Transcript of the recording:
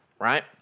right